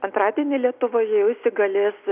antradienį lietuvoj jau įsigalės